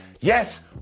Yes